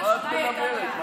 על מה את מדברת?